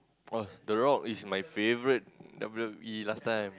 oh the rock is my favourite W_W_E last time